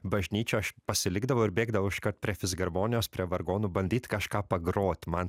bažnyčio aš pasilikdavo ir bėgdavau iškart prie fisharmonijos prie vargonų bandyt kažką pagrot man